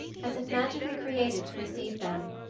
as if magically created to receive them.